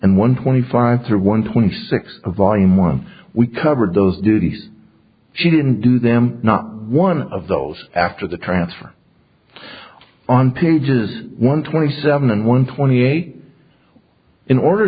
and one twenty five through one twenty six of volume one we covered those duties she didn't do them not one of those after the transfer on pages one twenty seven and one twenty eight in order